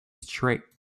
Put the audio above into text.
straight